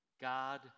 God